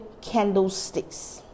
candlesticks